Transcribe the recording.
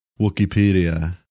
Wikipedia